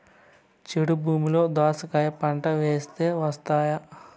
చౌడు భూమిలో దోస కాయ పంట వేస్తే వస్తాయా?